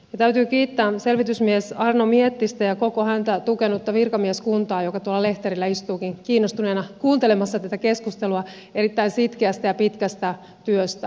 täytyy kiittää selvitysmies arno miettistä ja koko häntä tukenutta virkamieskuntaa joka tuolla lehterillä istuukin kiinnostuneena kuuntelemassa tätä keskustelua erittäin sitkeästä ja pitkästä työstä